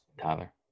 Tyler